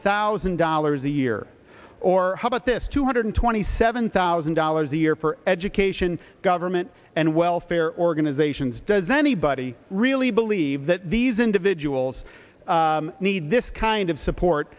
thousand dollars a year or about this two hundred twenty seven thousand dollars a year for education government and welfare organisations does anybody really believe that these individuals need this kind of support